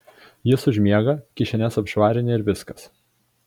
jis užmiega kišenes apšvarini ir viskas